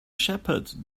shepherd